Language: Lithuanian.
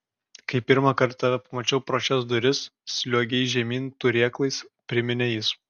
kai pirmąkart tave pamačiau pro šias duris sliuogei žemyn turėklais priminė jis